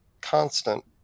constant